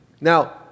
Now